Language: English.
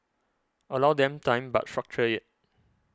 allow them time but structure it